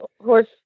horse